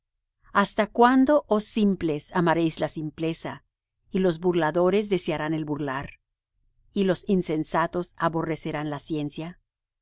hasta cuándo oh simples amaréis la simpleza y los burladores desearán el burlar y los insensatos aborrecerán la ciencia